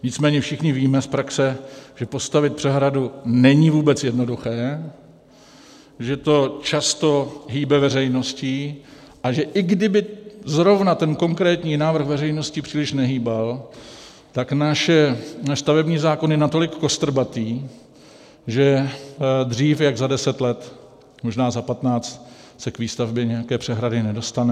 Nicméně všichni víme z praxe, že postavit přehradu není vůbec jednoduché, že to často hýbe veřejností, a že i kdyby zrovna ten konkrétní návrh veřejností příliš nehýbal, tak náš stavební zákon je natolik kostrbatý, že dřív jak za 10 let, možná za 15 se k výstavbě nějaké přehrady nedostaneme.